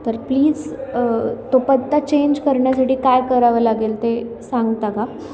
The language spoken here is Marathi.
तर प्लीज तो पत्ता चेंज करण्यासाठी काय करावं लागेल ते सांगता का